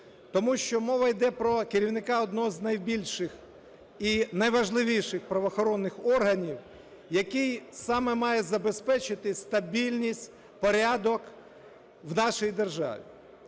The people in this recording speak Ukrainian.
тому що мова йде про керівника одного з найбільших і найважливіших правоохоронних органів, який саме має забезпечити стабільність, порядок в нашій державі.